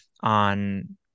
on